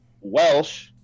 Welsh